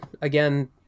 again